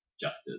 justice